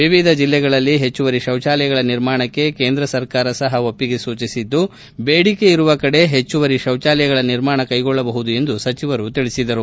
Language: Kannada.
ವಿವಿಧ ಜಿಲ್ಲೆಗಳಲ್ಲಿ ಹೆಚ್ಚುವರಿ ಶೌಚಾಲಯಗಳ ನಿರ್ಮಾಣಕ್ಕೆ ಕೇಂದ್ರ ಸರ್ಕಾರ ಸಹ ಒಪ್ಪಿಗೆ ಸೂಚಿಸಿದ್ದು ಬೇಡಿಕೆ ಇರುವ ಕಡೆ ಹೆಚ್ಚುವರಿ ಶೌಚಾಲಯಗಳ ನಿರ್ಮಾಣ ಕೈಗೊಳ್ಳಬಹುದು ಎಂದು ಸಚಿವರು ತಿಳಿಬದರು